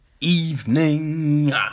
evening